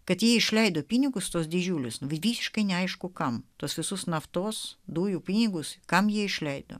kad jie išleido pinigus tuos didžiulius visiškai neaišku kam tuos visus naftos dujų pinigus kam jie išleido